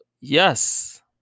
Yes